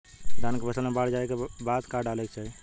धान के फ़सल मे बाढ़ जाऐं के बाद का डाले के चाही?